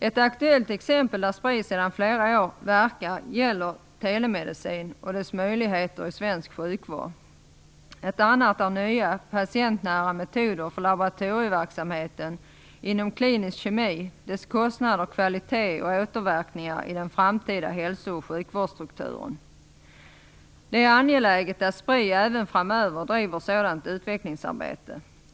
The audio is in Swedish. Ett aktuellt exempel där Spri sedan flera år verkar gäller telemedicin och dess möjligheter i svensk sjukvård. Ett annat är nya, patientnära metoder för laboratorieverksamheten inom klinisk kemi, dess kostnader, kvalitet och återverkningar i den framtida hälso och sjukvårdsstrukturen. Det är angeläget att Spri även framöver driver sådant utvecklingsarbete.